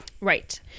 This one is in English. right